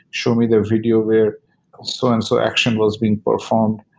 show me the video where so-and-so action was being performed,